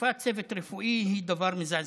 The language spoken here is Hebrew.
תקיפת צוות רפואי היא דבר מזעזע.